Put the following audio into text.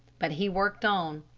but he worked on.